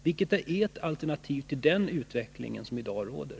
Vilket är ert alternativ till den utveckling som i dag pågår?